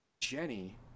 Jenny